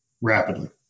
rapidly